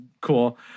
cool